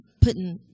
putting